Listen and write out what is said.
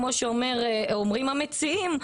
כמו שאומרים המציעים,